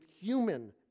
human